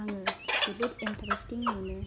आङो जोबोद एन्टेरेस्टिं मोनो